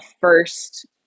first